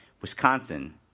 Wisconsin